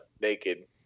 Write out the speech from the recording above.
naked